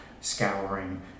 scouring